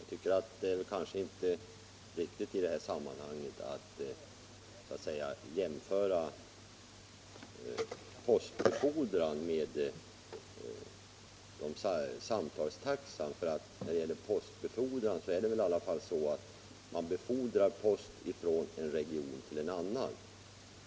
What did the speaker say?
Herr talman! Jag tycker inte att det är riktigt att i detta sammanhang göra en jämförelse mellan avgiften för postbefordran och taxan för telefonsamtal. Vid postbefordran transporterar man ändå post från en region till en annan.